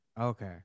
Okay